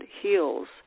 heals